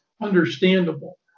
understandable